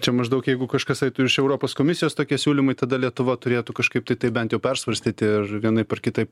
čia maždaug jeigu kažkas eitų iš europos komisijos tokie siūlymai tada lietuva turėtų kažkaip tai tai bent jau persvarstyti ar vienaip ar kitaip